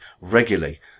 regularly